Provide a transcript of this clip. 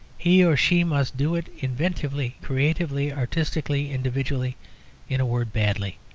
he or she must do it inventively, creatively, artistically, individually in a word, badly.